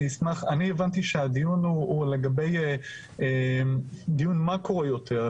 אני הבנתי שהדיון הוא לגבי דיון מאקרו יותר,